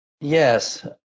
Yes